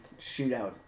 shootout